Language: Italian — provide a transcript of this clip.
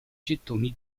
gettoni